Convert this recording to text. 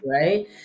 right